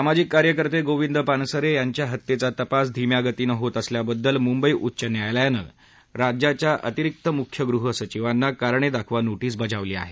सामाजिक कार्यकर्ते गोविंद पानसरे यांच्या हत्येचा तपास धीमा गतीने होत असल्याबद्दल मुंबई उच्च न्यायालयानं राज्याच्या अतिरीक्त मुख्य गृहसचिवांना कारणे दाखवा नोटीस बजावली आहे